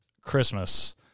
Christmas